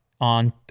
on